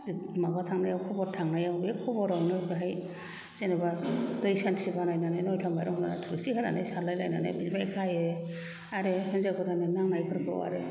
माबा थांनायाव खबर थांनायाव बे खबरावनो बेहाय जेनबा दै सान्थि बानायनानै नइथा मायरं होनानै थुल्सि होनानै सारलाय लायनानै बिबाय खायो आरो हिनजाव गोदान्नो नांनाय फोरखौ आरो